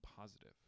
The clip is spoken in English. positive